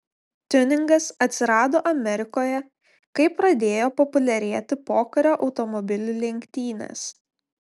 tiuningas atsirado amerikoje kai pradėjo populiarėti pokario automobilių lenktynės